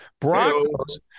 Broncos